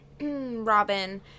Robin